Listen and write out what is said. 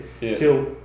till